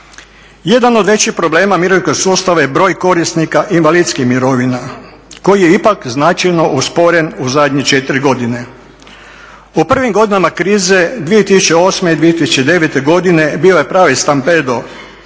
Jedan od većih problema mirovinskog sustava je broj korisnika invalidskih mirovina koji je ipak značajno usporen u zadnje 4 godine. U prvim godinama krize 2008. i 2009. godine bio je pravi stampedo